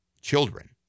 children